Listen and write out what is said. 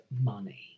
money